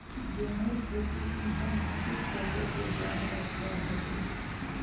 गेहूँर खेती कुंसम माटित करले से ज्यादा अच्छा हाचे?